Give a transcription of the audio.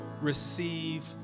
receive